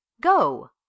Go